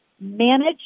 Manage